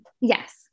Yes